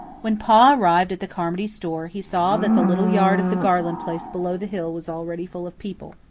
when pa arrived at the carmody store, he saw that the little yard of the garland place below the hill was already full of people.